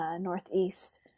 Northeast